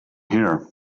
here